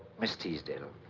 miss teasdale,